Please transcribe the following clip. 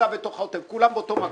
נמצאים בתוך העוטף וכולם באותו מקום.